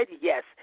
yes